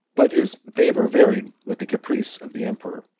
but his favor varied with the caprice of the emperor,